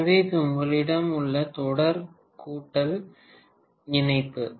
எனவே இது உங்களிடம் உள்ள தொடர் கூட்டல் இணைப்பு